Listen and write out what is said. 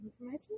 imagine